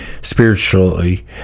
spiritually